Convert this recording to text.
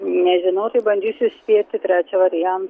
nežinau tai bandysiu spėti trečią varian